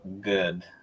good